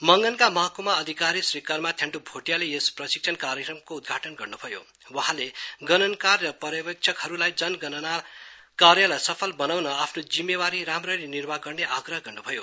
मंगनका महक्मा अधिकारी श्री कर्मा थेन्ड्प भोटियाले यस प्रशिक्षण कार्यक्रमको उद्घाटन गर्न्भयो वहाँले गणनकार र पर्यतेक्षकहरूलाई जनगणना कार्यलाई सफल बनाउन आफ्नो जिम्मेवारी राम्ररी निवार्ह गर्ने आग्रह गर्न्भयो